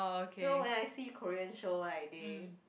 you know when I see Korean show right they